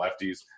lefties